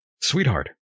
Sweetheart